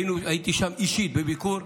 הייתי שם אישית בביקור.